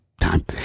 time